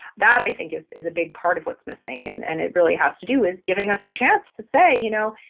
that i think is is a big part of what's missing and and it really has to do with giving us a chance to say, you know,